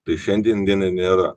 tai šiandien dienai nėra